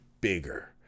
bigger